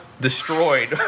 destroyed